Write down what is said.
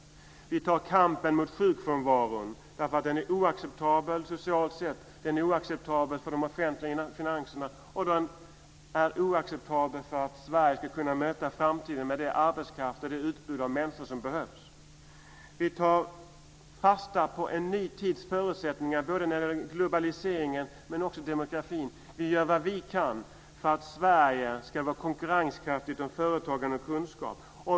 Vi tar kampen mot sjukfrånvaron därför att den är oacceptabel socialt sett, den är oacceptabel för de offentliga finanserna och den är oacceptabel för att Sverige ska kunna möta framtiden med den arbetskraft och det utbud av människor som behövs. Vi tar fasta på en ny tids förutsättningar både när det gäller globaliseringen och när det gäller demografin. Vi gör vad vi kan för att Sverige ska vara konkurrenskraftigt inom företagande och kunskap.